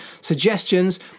suggestions